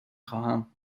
خواهم